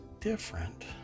different